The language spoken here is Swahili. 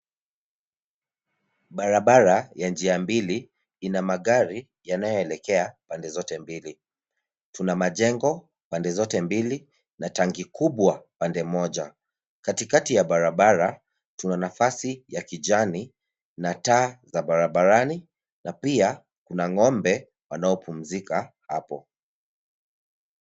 Barabara ya njia mbili ina magari yanayoelekea pande zote mbili. Tuna majengo pande zote mbili na tanki kubwa pande moja. Katikati ya barabara, tuna nafasi ya kijani na taa za barabarani na pia kuna ng'ombe wanaopumzika hapo.